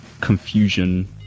confusion